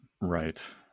Right